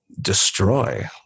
destroy